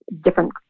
different